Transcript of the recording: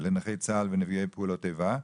לנכי צה"ל ונפגעי פעולות איבה.